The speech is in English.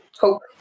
Hope